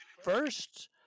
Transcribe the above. First